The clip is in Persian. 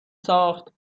ساخت